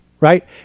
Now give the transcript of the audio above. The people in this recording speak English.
right